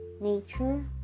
nature